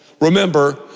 Remember